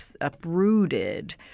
uprooted